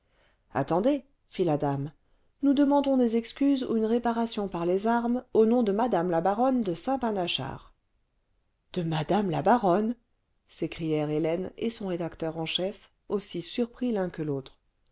attendez fit la dame nous demandons des excuses ou une réparation par les armes au nom de mme la baronne de saint panachard de mme la baronne s'écrièrent hélène et son rédacteur en chef aussi surpris l'un que l'autre